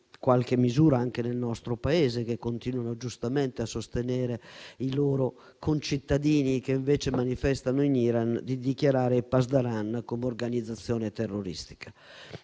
che sono anche nel nostro Paese e che continuano giustamente a sostenere i loro concittadini che invece manifestano in Iran, di dichiarare i *pasdaran* come organizzazione terroristica.